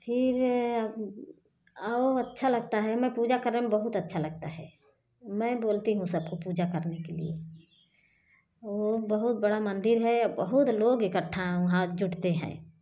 फिर औ अच्छा लगता है मैं पूजा करने में बहुत अच्छा लगता है मैं बोलती हूँ सबको पूजा करने के लिए ओ बहुत बड़ा मंदिर है बहुत लोग इकट्ठा वहाँ जुटते हैं